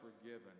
forgiven